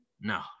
No